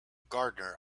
gardener